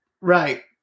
Right